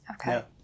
Okay